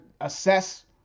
assess